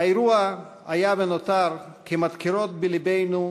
האירוע היה ונותר כמדקרות בלבנו,